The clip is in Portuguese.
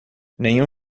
nenhum